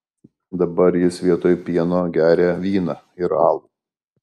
dabar jis vietoj pieno geria vyną ir alų